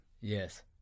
yes